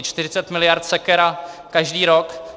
Čtyřicet miliard sekera každý rok.